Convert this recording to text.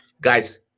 Guys